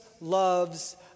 Loves